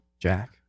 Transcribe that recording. Jack